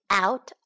out